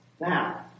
Now